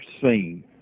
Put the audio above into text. seen